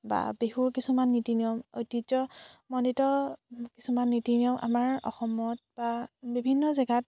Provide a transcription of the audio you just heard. বা বিহুৰ কিছুমান নীতি নিয়ম ঐতিহ্যমণ্ডিত কিছুমান নীতি নিয়ম আমাৰ অসমত বা বিভিন্ন জেগাত